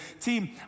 team